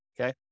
Okay